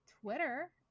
twitter